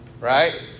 right